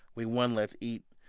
we won. let's eat!